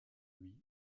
lui